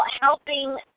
helping